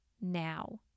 now